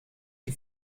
die